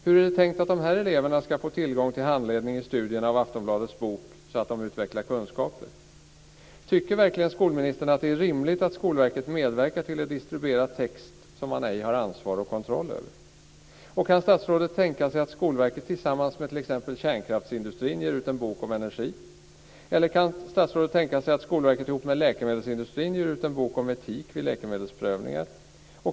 Hur är det tänkt att de eleverna ska få tillgång till handledning i studierna av Aftonbladets bok så att de utvecklar kunskaper? Tycker verkligen skolministern att det är rimligt att Skolverket medverkar till att distribuera text som man ej har ansvar för och kontroll över? Kan statsrådet tänka sig att Skolverket tillsammans med t.ex. kärnkraftsindustrin ger ut en bok om energi? Eller kan statsrådet tänka sig att Skolverket tillsammans med läkemedelsindustrin ger ut en bok om etik vid läkemedelsprövningar?